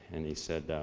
and he said